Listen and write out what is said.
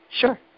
Sure